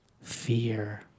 fear